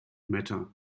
matter